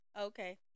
okay